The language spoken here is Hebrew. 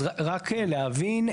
אז רק להבין.